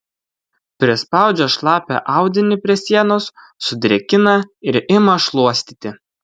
prispaudžia šlapią audinį prie sienos sudrėkina ir ima šluostyti